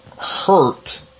hurt